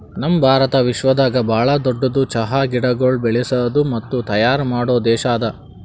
ನಮ್ ಭಾರತ ವಿಶ್ವದಾಗ್ ಭಾಳ ದೊಡ್ಡುದ್ ಚಹಾ ಗಿಡಗೊಳ್ ಬೆಳಸದ್ ಮತ್ತ ತೈಯಾರ್ ಮಾಡೋ ದೇಶ ಅದಾ